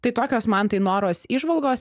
tai tokios mantai noros įžvalgos